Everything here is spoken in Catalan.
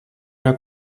una